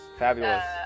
fabulous，